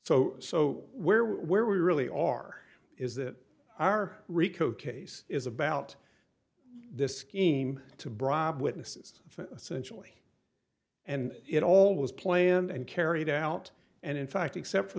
so so where where we really are is that our rico case is about this scheme to bribe witnesses sensually and it all was planned and carried out and in fact except for